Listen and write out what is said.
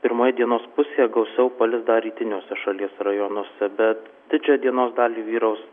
pirmoje dienos pusėje gausiau palis dar rytiniuose šalies rajonuose bet didžiąją dienos dalį vyraus